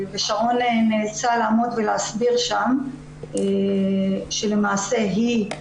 שרון נאלצה לעמוד ולהסביר שם שלמעשה היא,